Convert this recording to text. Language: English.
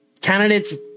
candidates